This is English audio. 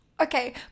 Okay